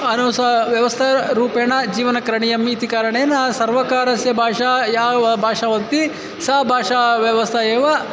अनुस व्यवस्था रूपेण जीवनं करणीयम् इति कारणेन सर्वकारस्य भाषा या वा भाषावन्ति सा भाषाव्यवस्था एव